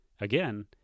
Again